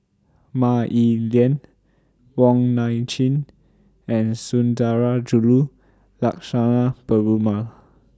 Mah Li Lian Wong Nai Chin and Sundarajulu Lakshmana Perumal